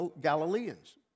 Galileans